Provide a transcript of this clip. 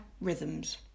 Rhythms